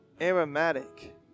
aromatic